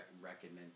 recommend